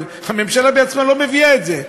אבל הממשלה בעצמה לא מביאה את זה,